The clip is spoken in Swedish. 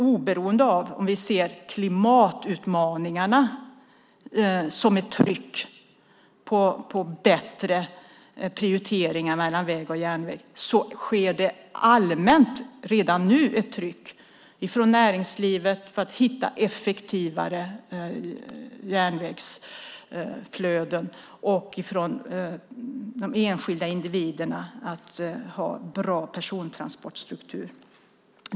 Oberoende av om klimatutmaningarna utgör ett tryck på bättre prioriteringar mellan väg och järnväg finns det redan nu ett allmänt tryck från näringslivet för att hitta effektivare järnvägsflöden samt från de enskilda individerna för att få en bra persontransportstruktur.